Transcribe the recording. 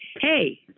Hey